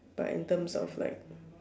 but in terms of like